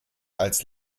als